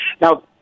Now